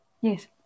Yes